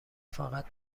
فقط